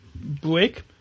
break